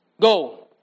go